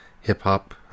hip-hop